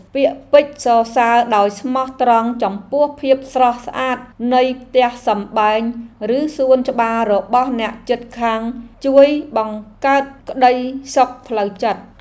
ពាក្យពេចន៍សរសើរដោយស្មោះត្រង់ចំពោះភាពស្រស់ស្អាតនៃផ្ទះសម្បែងឬសួនច្បាររបស់អ្នកជិតខាងជួយបង្កើតក្តីសុខផ្លូវចិត្ត។